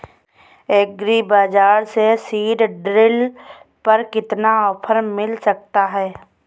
Agree बाजार से seed drill पर कितना ऑफर मिल सकता है?